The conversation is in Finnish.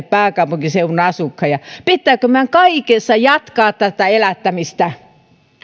pääkaupunkiseudun asukkaita pitääkö meidän kaikessa jatkaa tätä elättämistä